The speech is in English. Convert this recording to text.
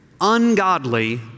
ungodly